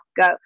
go